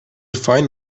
fine